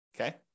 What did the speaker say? Okay